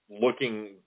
looking